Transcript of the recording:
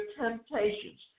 temptations